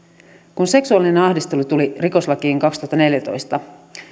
kun seksuaalinen ahdistelu tuli rikoslakiin kaksituhattaneljätoista